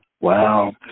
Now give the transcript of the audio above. Wow